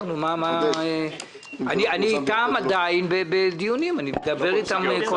אני עדיין בדיונים אתם.